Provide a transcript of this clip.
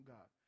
God